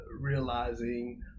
realizing